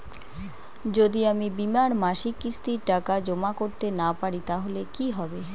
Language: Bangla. যদি আমি বীমার মাসিক কিস্তির টাকা জমা করতে না পারি তাহলে কি হবে?